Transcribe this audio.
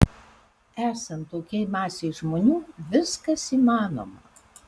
esant tokiai masei žmonių viskas įmanoma